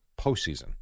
postseason